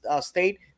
State